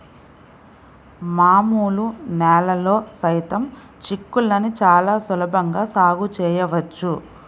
మామూలు నేలల్లో సైతం చిక్కుళ్ళని చాలా సులభంగా సాగు చేయవచ్చు